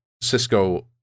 Cisco